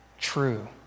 true